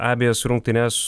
abejas rungtynes